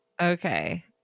Okay